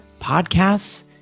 podcasts